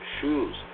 shoes